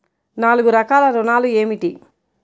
నాలుగు రకాల ఋణాలు ఏమిటీ?